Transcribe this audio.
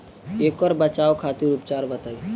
ऐकर बचाव खातिर उपचार बताई?